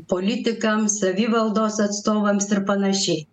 politikams savivaldos atstovams ir panašiai